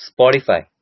Spotify